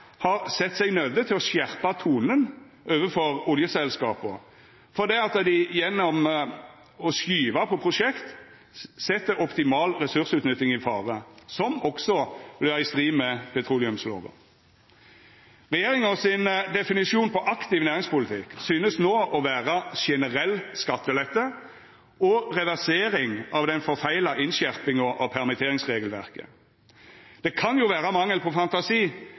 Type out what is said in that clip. har sett seg nøydde til å skjerpa tonen overfor oljeselskapa fordi dei gjennom å skyva på prosjekt set optimal ressursutnytting i fare, som også er i strid med petroleumslova. Regjeringa sin definisjon på aktiv næringspolitikk synest no å vera generell skattelette og reversering av den forfeila innskjerpinga av permitteringsregelverket. Det kan jo vera mangel på fantasi,